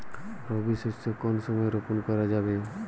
রবি শস্য কোন সময় রোপন করা যাবে?